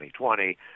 2020